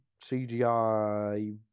cgi